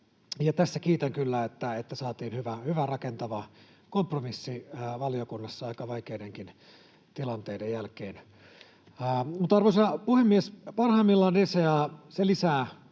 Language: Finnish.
Tässä kiitän kyllä, että saatiin hyvä, rakentava kompromissi valiokunnassa aika vaikeidenkin tilanteiden jälkeen. Arvoisa puhemies! Parhaimmillaan DCA lisää